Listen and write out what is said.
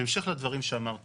בהמשך לדברים שאמר תומר,